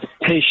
Hey